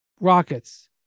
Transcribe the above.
Rockets